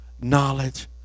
knowledge